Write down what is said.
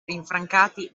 rinfrancati